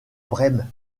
brême